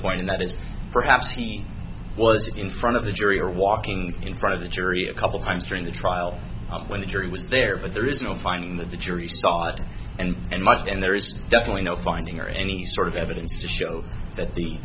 point and that is perhaps he was in front of the jury or walking in front of the jury a couple times during the trial when the jury was there but there is no finding the jury saw it and and mark and there is definitely no finding or any sort of evidence to show that the